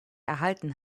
erhalten